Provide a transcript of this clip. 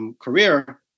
Career